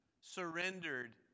surrendered